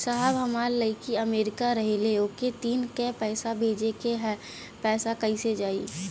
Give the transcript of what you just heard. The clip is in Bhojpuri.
साहब हमार लईकी अमेरिका रहेले ओके तीज क पैसा भेजे के ह पैसा कईसे जाई?